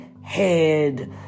head